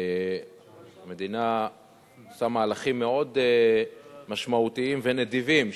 המדינה עושה מהלכים מאוד משמעותיים ונדיבים,